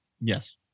yes